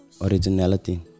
originality